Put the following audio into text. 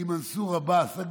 עם מנסור עבאס.